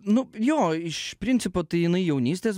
nu jo iš principo tai jinai jaunystės